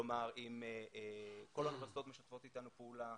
כל האוניברסיטאות משתפות איתנו פעולה,